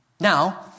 Now